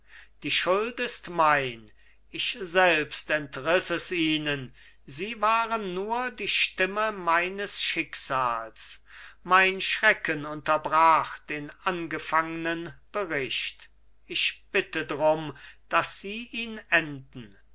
die schuld ist mein ich selbst entriß es ihnen sie waren nur die stimme meines schicksals mein schrecken unterbrach den angefangnen bericht ich bitte drum daß sie ihn enden